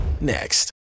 next